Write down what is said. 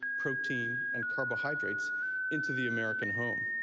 protein, and carbohydrates into the american home,